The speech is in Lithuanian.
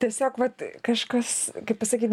tiesiog vat kažkas kaip pasakyt